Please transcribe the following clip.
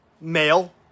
male